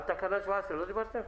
על תקנה 17 לא דיברתם?